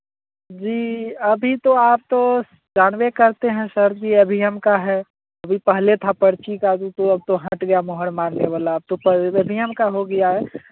जी अभी तो आप तो जानबे करते हैं sir ji E V M का है पहले था पर्ची का जोकि अब तो हट गया मुहर मारने वाला अब तो सब ई भी एम का हो गया है